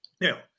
Now